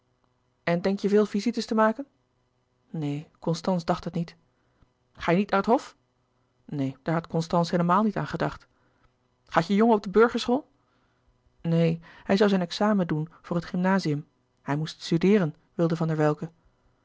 en denk je veel visites te maken neen constance dacht het niet ga je niet aan het hof neen daar had constance heelemaal niet aan gedacht gaat je jongen op de burgerschool neen hij zoû zijn examen doen voor het louis couperus de boeken der kleine zielen gymnazium hij moest studeeren wilde van der welcke